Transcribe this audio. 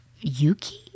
Yuki